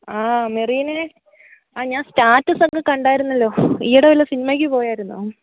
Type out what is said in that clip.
ആ മെറീനേ ആ ഞാൻ സ്റ്റാറ്റസ് ഒക്കെ കണ്ടായിരുന്നല്ലോ ഈയിടെ വല്ല സിനിമയ്ക്കും പോയിരുന്നോ